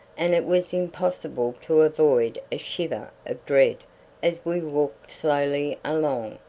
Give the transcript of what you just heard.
and it was impossible to avoid a shiver of dread as we walked slowly along,